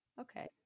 Okay